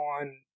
on